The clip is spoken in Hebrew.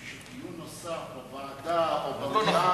אני חושב שדיון נוסף בוועדה או במליאה